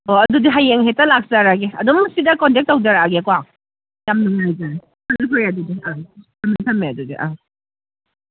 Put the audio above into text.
ꯑꯣ ꯑꯗꯨꯗꯤ ꯍꯌꯦꯡ ꯍꯦꯛꯇ ꯂꯥꯛꯆꯔꯒꯦ ꯑꯗꯨꯝ ꯁꯤꯗ ꯀꯣꯟꯇꯦꯛ ꯇꯧꯖꯔꯛꯑꯒꯦꯀꯣ ꯌꯥꯝ ꯅꯨꯡꯉꯥꯏꯖꯔꯦ ꯐꯔꯦ ꯐꯔꯦ ꯑꯗꯨꯗꯤ ꯊꯝꯃꯦ ꯊꯝꯃꯦ ꯑꯗꯨꯗꯤ ꯑ